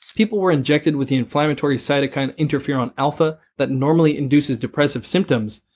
people were injected with the inflammatory cytokine interferon alpha that normally induces depressive symptoms,